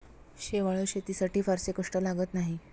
शेवाळं शेतीसाठी फारसे कष्ट लागत नाहीत